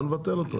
אז בוא נבטל אותו.